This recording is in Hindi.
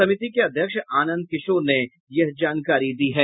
समिति के अध्यक्ष आनंद किशोर ने यह जानकारी दी है